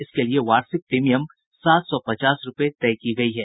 इसके लिये वार्षिक प्रीमियम सात सौ पचास रूपये तय की गई है